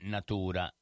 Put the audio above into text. Natura